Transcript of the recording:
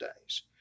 days